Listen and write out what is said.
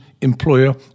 employer